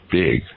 big